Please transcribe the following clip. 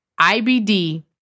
IBD